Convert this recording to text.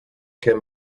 can